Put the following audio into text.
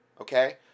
Okay